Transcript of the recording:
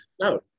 no